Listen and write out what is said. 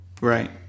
right